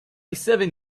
seven